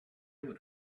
would